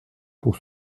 pour